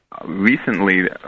recently